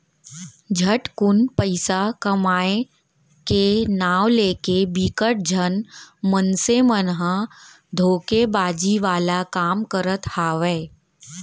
झटकुन पइसा कमाए के नांव लेके बिकट झन मनसे मन ह धोखेबाजी वाला काम करत हावय